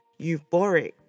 euphoric